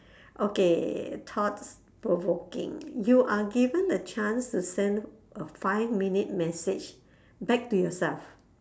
okay thoughts provoking you are given a chance to send a five minute message back to yourself